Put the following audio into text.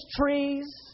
trees